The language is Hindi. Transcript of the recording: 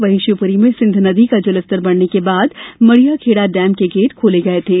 वहीं शिवपूरी में सिंध नदी का जलस्तर बढ़ने के बाद मड़ियाखेड़ा डेम के गेट खोले गये थे